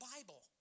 Bible